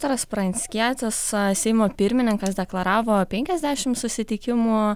viktoras pranckietis seimo pirmininkas deklaravo penkiasdešimt susitikimų